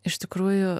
iš tikrųjų